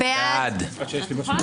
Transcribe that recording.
תודה, אדוני היו"ר.